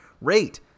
rate